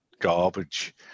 garbage